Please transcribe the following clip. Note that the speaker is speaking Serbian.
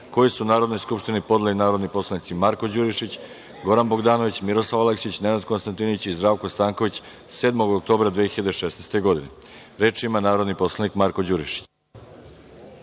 koji su Narodnoj skupštini podneli narodni poslanici Marko Đurišić, Goran Bogdanović, Miroslav Aleksić, Nenad Konstantinović i Zdravko Stanković 7. oktobra 2016. godine. Reč ima narodni poslanik Marko Đurišić.